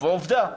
ועובדה,